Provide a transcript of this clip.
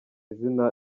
izina